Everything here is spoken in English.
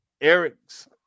Eric's